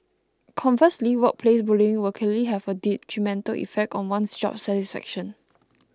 conversely workplace bullying will clearly have a detrimental effect on one's job satisfaction